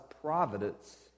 providence